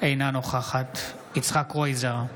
אינה נוכחת יצחק קרויזר,